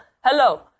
hello